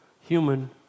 human